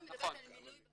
אני מדברת על מילוי בקשה.